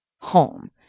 home